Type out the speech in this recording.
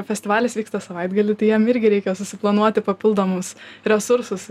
festivalis vyksta savaitgalį tai jam irgi reikia susiplanuoti papildomus resursus